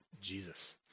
Jesus